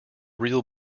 real